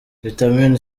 vitamine